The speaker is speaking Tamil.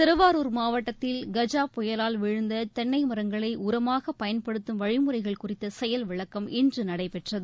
திருவாரூர் மாவட்டத்தில் கஜா புயலால் விழுந்த தென்னை மரங்களை உரமாக பயன்படுத்தும் வழிமுறைகள் குறித்த செயல்விளக்கம் இன்று நடைபெற்றது